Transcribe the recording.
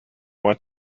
want